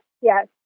Yes